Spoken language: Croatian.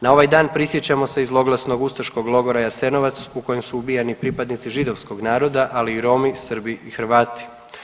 Na ovaj dan prisjećamo se i zloglasnog ustaškog logora Jasenovac u kojem su ubijani pripadnici židovskog naroda, ali i Romi, Srbi i Hrvati.